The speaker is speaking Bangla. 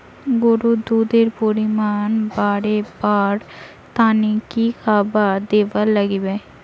গরুর দুধ এর পরিমাণ বারেবার তানে কি খাবার দিবার লাগবে?